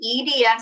EDS